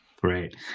Great